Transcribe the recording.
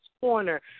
Corner